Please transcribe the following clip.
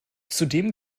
zudem